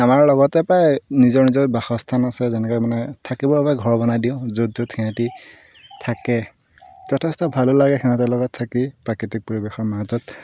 আমাৰ লগতে প্ৰায় নিজৰ নিজৰ বাসস্থান আছে যেনেকৈ মানে থাকিবৰ বাবে ঘৰ বনাই দিওঁ য'ত য'ত সিহঁতি থাকে যথেষ্ট ভালোঁ লাগে সিহঁতৰ লগত থাকি প্ৰাকৃতিক পৰিৱেশৰ মাজত